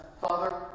Father